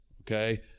okay